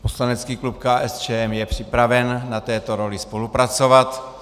Poslanecký klub KSČM je připraven na této roli spolupracovat.